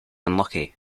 unlucky